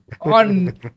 on